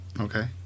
Okay